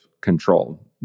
control